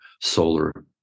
solar